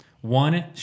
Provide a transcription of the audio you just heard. One